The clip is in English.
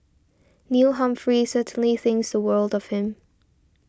Neil Humphrey certainly thinks the world of him